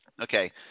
Okay